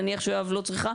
נניח שיואב לא צריכה,